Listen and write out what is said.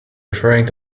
referring